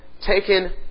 taken